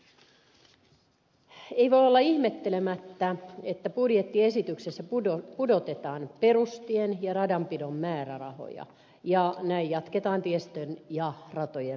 ei voi olla ihmettelemättä että budjettiesityksessä pudotetaan perustien ja radanpidon määrärahoja ja näin jatketaan tiestön ja ratojen rappeutumista